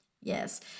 Yes